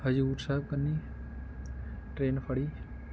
ਹਜ਼ੂਰ ਸਾਹਿਬ ਕਨੀ ਟਰੇਨ ਫੜੀ